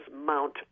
mount